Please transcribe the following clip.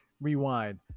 rewind